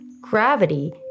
gravity